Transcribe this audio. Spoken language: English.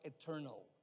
eternal